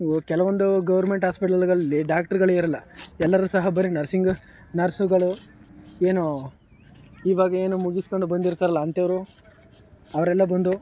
ಕೆಲವೊಂದು ಗೌರ್ಮೆಂಟ್ ಆಸ್ಪೆಟ್ಲ್ಗಳಲ್ಲಿ ಡಾಕ್ಟ್ರುಗಳೇ ಇರೋಳಳ ಎಲ್ಲರೂ ಸಹ ಬರೇ ನರ್ಸಿಂಗ್ ನರ್ಸುಗಳು ಏನು ಈವಾಗೇನು ಮುಗಿಸ್ಕೊಂಡು ಬಂದಿರ್ತಾರಲ್ಲ ಅಂಥವ್ರು ಅವರೆಲ್ಲ ಬಂದು